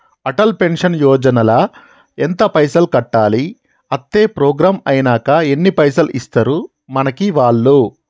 Atal pension Yojana ల ఎంత పైసల్ కట్టాలి? అత్తే ప్రోగ్రాం ఐనాక ఎన్ని పైసల్ ఇస్తరు మనకి వాళ్లు?